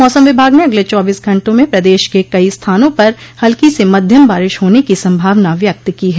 मौसम विभाग ने अगले चौबीस घंटों में प्रदेश के कई स्थानों पर हल्की से मध्यम बारिश होने की संभावना व्यक्त की है